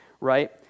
right